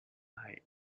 liked